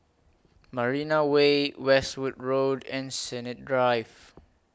Marina Way Westwood Road and Sennett Drive